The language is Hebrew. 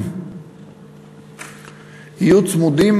יהיו צמודים